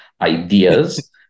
ideas